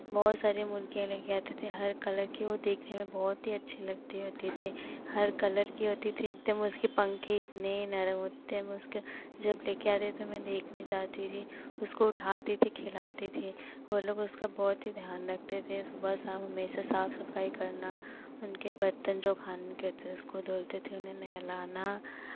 बहुत सारी मुर्गियाँ ले के आते थे हर कलर की वो देखने में बहुत ही अच्छी लगती होती थी हर कलर की होती थी एकदम उसके पंख इतने नरम होते थे वो उसके जब ले के आते थे मैं देखने जाती थी उसको उठाती थी खिलाती थी वो लोग उसका बहुत ही ध्यान रखते थे सुबह शाम हमेशा साफ सफाई करना उनके बर्तन जो खाने के थे उसको धुलते थे उनको नहलाना